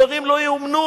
דברים לא ייאמנו.